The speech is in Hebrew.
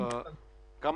יש